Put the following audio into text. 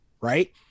right